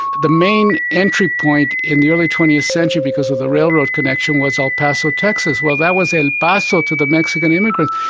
the main entry point in the early twentieth century because of the railway connection was el paso texas, well, that was el paso to the mexican immigrants.